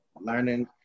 Learning